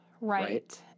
Right